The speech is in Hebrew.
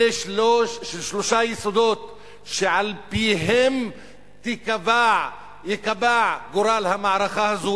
אלה שלושה יסודות שעל-פיהם ייקבע גורל המערכה הזאת,